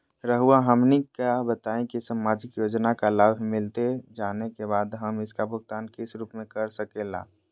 रहुआ हमने का बताएं की समाजिक योजना का लाभ मिलता जाने के बाद हमें इसका भुगतान किस रूप में कर सके ला?